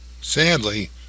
Sadly